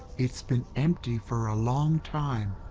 it's been empty for a long time.